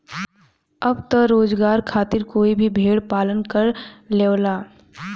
अब त रोजगार खातिर कोई भी भेड़ पालन कर लेवला